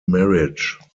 marriage